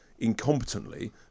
incompetently